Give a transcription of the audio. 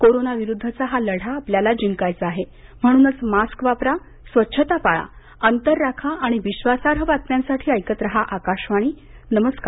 corona विरुद्धचा हा लढा आपल्याला जिंकायचा आहे म्हणूनच मास्क वापरा स्वच्छता पाळा अंतर राखा आणि विश्वासार्ह बातम्यांसाठी ऐकत रहा आकाशवाणी नमस्कार